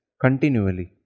continually